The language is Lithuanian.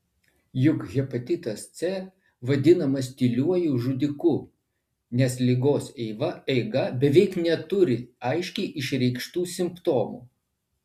juk hepatitas c vadinamas tyliuoju žudiku nes ligos eiga beveik neturi aiškiai išreikštų simptomų